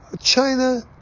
china